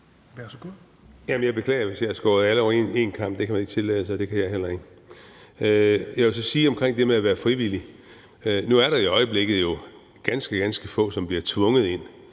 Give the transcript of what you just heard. jeg beklager, hvis jeg har skåret alle over én kam. Det kan man ikke tillade sig, og det kan jeg heller ikke. Jeg vil så sige om det med at være frivillig, at nu er der jo i øjeblikket ganske, ganske få, som bliver tvunget ind